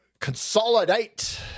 Consolidate